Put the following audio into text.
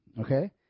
okay